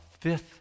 fifth